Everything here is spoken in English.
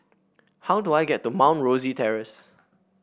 how do I get to Mount Rosie Terrace